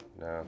No